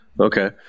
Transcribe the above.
Okay